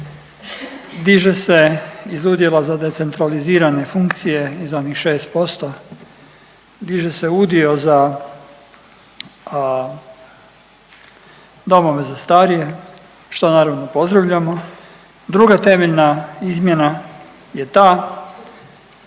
diže se iz udjela za decentralizirane funkcije zadnjih 6%, diže se udio za domove za starije što naravno pozdravljamo. Druga temeljna izmjena je ta